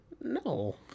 No